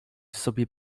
sobie